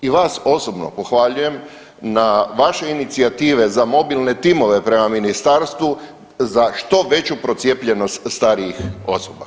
I vas osobno pohvaljujem na vaše inicijative za mobilne timove prema ministarstvu za što veću procijepljenost starijih osoba.